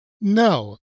No